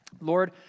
Lord